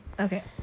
Okay